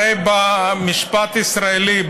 הרי במשפט הישראלי,